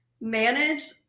manage